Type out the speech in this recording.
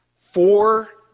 four